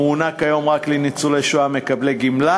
המוענק היום רק לניצולי שואה מקבלי גמלה,